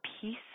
peace